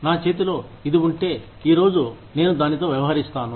నా చేతిలో ఇది ఉంటే ఈరోజు నేను దానితో వ్యవహరిస్తాను